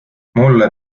mulle